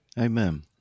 amen